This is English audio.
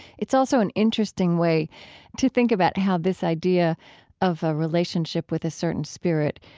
it's also an interesting way to think about how this idea of a relationship with a certain spirit,